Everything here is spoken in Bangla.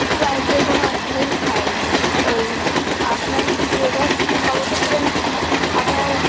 না না বাইরের থেকে কোনো ওষুধ বষুদ খাই নি ওই আপনার ইয়েটা খবরটা পেলেন আপনা আপনার